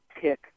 pick